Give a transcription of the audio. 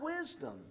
wisdom